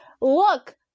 Look